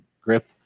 grip